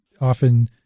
Often